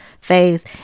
phase